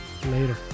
later